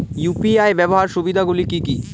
UPI ব্যাবহার সুবিধাগুলি কি কি?